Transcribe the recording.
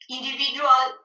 Individual